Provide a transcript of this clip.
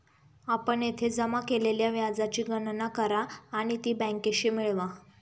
आपण येथे जमा केलेल्या व्याजाची गणना करा आणि ती बँकेशी मिळवा